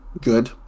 Good